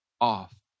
off